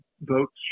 votes